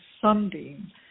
Sunbeam